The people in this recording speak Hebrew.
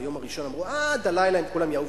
ביום הראשון אמרו: עד הלילה הם כולם יעופו.